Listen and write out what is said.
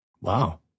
Wow